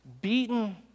beaten